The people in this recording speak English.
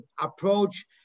approach